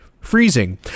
Freezing